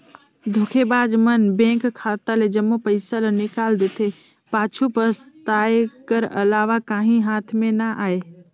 धोखेबाज मन बेंक खाता ले जम्मो पइसा ल निकाल जेथे, पाछू पसताए कर अलावा काहीं हाथ में ना आए